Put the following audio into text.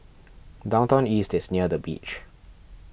Downtown East is near the beach